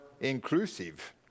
inclusive